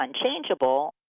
unchangeable